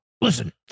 Listen